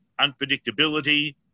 unpredictability